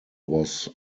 was